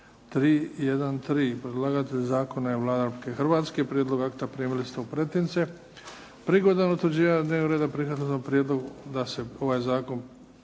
313 Predlagatelj zakona je Vlada Republike Hrvatske. Prijedlog akta primili ste u pretince. Prigodom utvrđivanja dnevnog reda prihvatili smo prijedlog da se ovaj zakon